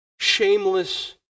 Shameless